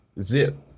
Zip